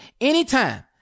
anytime